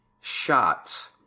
shots